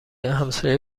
همسایه